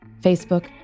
Facebook